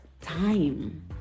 time